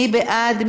מי בעד?